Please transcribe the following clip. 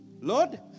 Lord